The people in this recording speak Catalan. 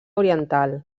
oriental